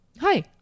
Hi